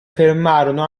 fermarono